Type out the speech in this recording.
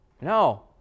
No